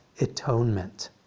atonement